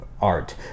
art